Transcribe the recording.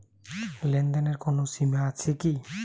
লেনদেনের কোনো সীমা আছে কি?